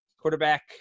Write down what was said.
quarterback